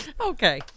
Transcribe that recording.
Okay